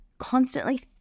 constantly